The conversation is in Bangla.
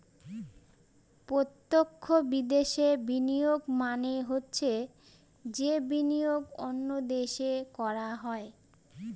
প্রত্যক্ষ বিদেশে বিনিয়োগ মানে হচ্ছে যে বিনিয়োগ অন্য দেশে করা হয়